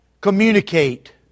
communicate